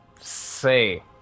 say